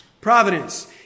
Providence